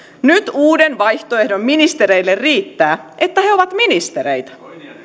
nyt uuden vaihtoehdon ministereille riittää että he he ovat ministereitä